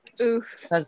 Oof